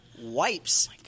wipes